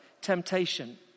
temptation